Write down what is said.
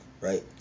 right